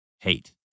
hate